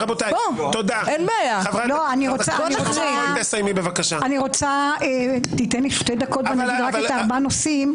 תן לי שתי דקות ואני אומר רק את ארבעת הנושאים.